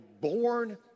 born